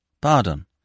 pardon